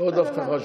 עוד הבטחה שהופרה.